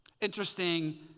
Interesting